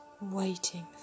waiting